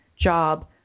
job